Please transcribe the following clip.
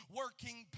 working